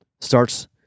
Starts